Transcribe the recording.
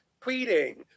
tweeting